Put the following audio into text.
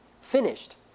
Finished